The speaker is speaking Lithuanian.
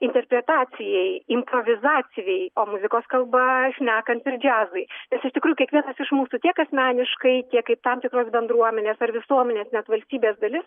interpretacijai improvizacijai o muzikos kalba šnekant ir džiazui ir jis iš tikrųjų kiekvienas iš mūsų tiek asmeniškai tiek kai tam tikros bendruomenės ar visuomenės net valstybės dalis